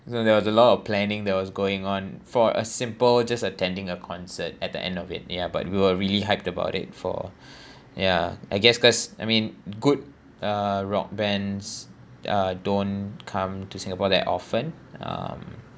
so there was a lot of planning that was going on for a simple just attending a concert at the end of it ya but we were really hyped about it for yeah I guess cause I mean good uh rock bands uh don't come to singapore that often um